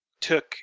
took